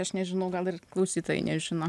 aš nežinau gal ir klausytojai nežino